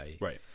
right